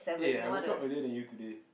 eh I woke up earlier than you today